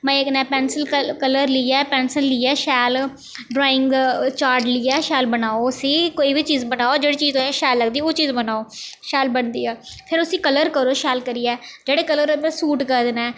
मज़े कन्नै pencil colour लेइयै फैंसल लेइयै शैल ड्राईंग चार्ट लेइयै शैल बनाओ उसी कोई बी चीज़ बनाओ जेह्ड़ी चीज़ तुसेंगी शैल लगदी ओह् चीज बनाओ शैल बनदी ऐ फिर उसी कलर करो शैल करियै जेह्ड़े कलर सूट करदे न